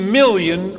million